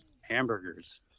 hamburgers